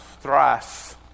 thrice